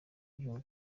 gihugu